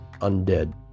undead